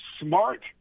smart